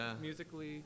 musically